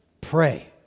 pray